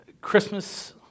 Christmas